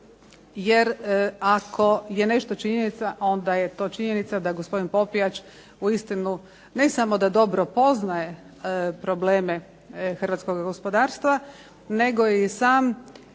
jer ako je nešto činjenica onda je to činjenica da gospodin Popijač uistinu ne samo da dobro poznaje probleme hrvatskoga gospodarstva nego je i sam